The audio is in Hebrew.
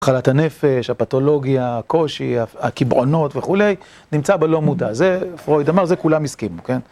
מחלת הנפש, הפתולוגיה, הקושי, הקבעונות וכולי, נמצא בלא מודע. זה פרויד אמר, זה כולם הסכימו, כן?